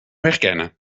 herkennen